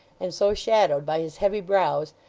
and so shadowed by his heavy brows,